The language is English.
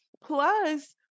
plus